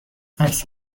عکس